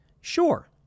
Sure